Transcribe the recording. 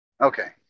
okay